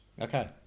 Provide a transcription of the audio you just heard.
Okay